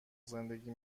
زندگی